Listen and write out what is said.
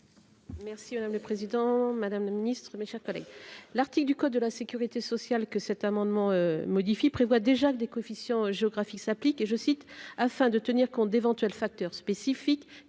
Merci madame le président, madame la ministre, mes chers collègues, l'article du code de la sécurité sociale que cet amendement modifie prévoit déjà que des coefficients géographiques s'applique et, je cite, afin de tenir compte d'éventuels facteurs spécifiques,